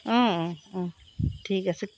অঁ অঁ অঁ ঠিক আছে